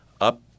up